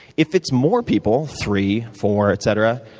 if it's more people, three, four, etc,